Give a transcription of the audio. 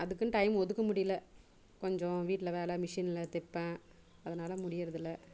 அதுக்குன்னு டைம் ஒதுக்க முடியல கொஞ்சம் வீட்டில வேலை மிஷினில் தைப்பேன் அதனால் முடியிறதுல்லை